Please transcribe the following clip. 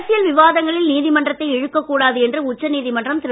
அரசியல் விவாதங்களில் நீதிமன்றத்தை இழுக்க கூடாது என்று உச்சநீதிமன்றம் திரு